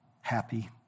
happy